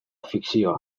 fikzioa